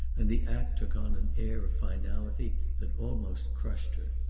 and the act took on an air of finality that almost crushed her.